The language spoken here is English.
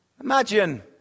Imagine